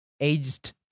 aged